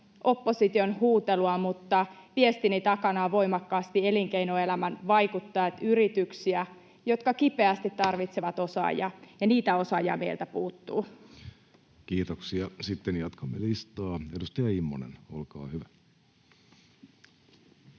opposition huutelua, mutta viestini takana ovat voimakkaasti elinkeinoelämän vaikuttajat, yritykset, jotka kipeästi tarvitsevat osaajia, ja niitä osaajia meiltä puuttuu. Kiitoksia. — Sitten jatkamme listaa. — Edustaja Immonen, olkaa hyvä.